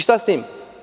Šta s tim?